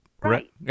right